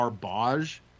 garbage